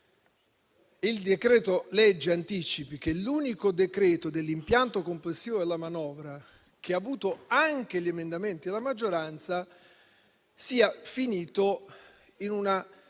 il decreto-legge anticipi, l'unico decreto-legge dell'impianto complessivo della manovra che ha avuto anche gli emendamenti della maggioranza, sia finito in una